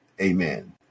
Amen